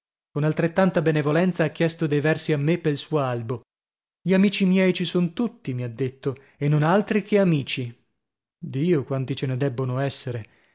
con altrettanta benevolenza ha chiesto dei versi a me pel suo albo gli amici miei ci son tutti mi ha detto e non altri che amici dio quanti ce ne debbono essere